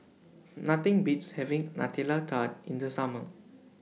Nothing Beats having Nutella Tart in The Summer